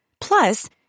Plus